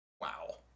wow